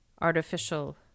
artificial